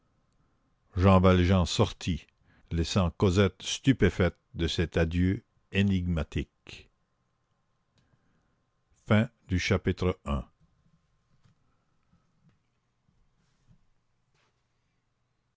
jean valjean sortit laissant cosette stupéfaite de cet adieu énigmatique chapitre